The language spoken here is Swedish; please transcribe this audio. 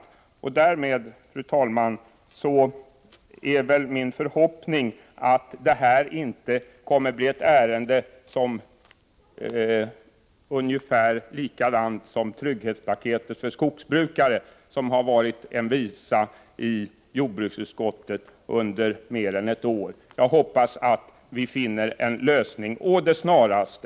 Fru talman! Det är min förhoppning att det inte skall gå på samma sätt med detta ärende som med trygghetspaketet för skogsbrukare, som blev en visa i jordbruksutskottet under mer än ett år. Jag hoppas att vi finner en lösning å det snaraste.